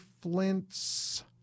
Flint's